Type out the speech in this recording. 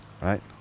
right